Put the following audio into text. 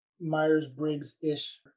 myers-briggs-ish